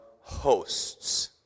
Hosts